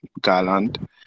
Garland